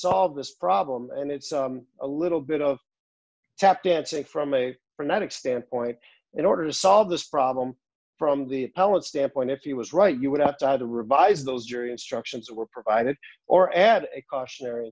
solve this problem and it's a little bit of tapdancing from a frenetic standpoint in order to solve this problem from the pellet standpoint if he was right you would have to revise those jury instructions were provided or add a cautionary